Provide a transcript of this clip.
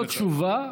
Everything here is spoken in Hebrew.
לא תשובה,